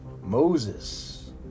Moses